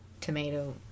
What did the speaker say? tomato